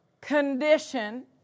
condition